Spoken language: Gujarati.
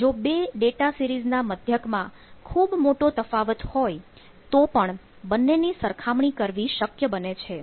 તો જો બે ડેટા સિરીઝના મધ્યક માં ખૂબ મોટો તફાવત હોય તો પણ તે બંનેની સરખામણી કરવી શક્ય બને છે